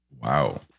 Wow